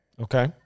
Okay